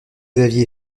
aviez